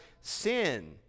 sin